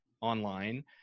online